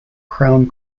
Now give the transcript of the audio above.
crown